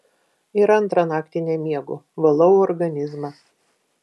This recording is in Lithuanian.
ir antrą naktį nemiegu valau organizmą